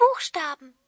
Buchstaben